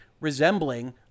resembling